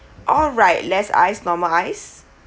all right less ice normal ice